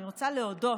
הכנסת,